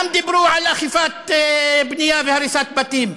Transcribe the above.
גם דיברו על אכיפת בנייה והריסת בתים.